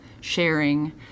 sharing